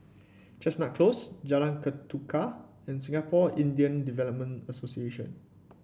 Chestnut Close Jalan Ketuka and Singapore Indian Development Association